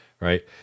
right